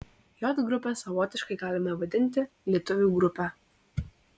j grupę savotiškai galime vadinti lietuvių grupe